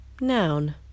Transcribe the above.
noun